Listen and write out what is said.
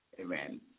Amen